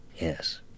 Yes